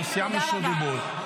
זהו, סיימת רשות דיבור.